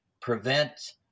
prevent